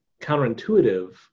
counterintuitive